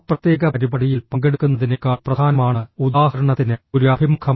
ആ പ്രത്യേക പരിപാടിയിൽ പങ്കെടുക്കുന്നതിനേക്കാൾ പ്രധാനമാണ് ഉദാഹരണത്തിന് ഒരു അഭിമുഖം